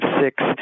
six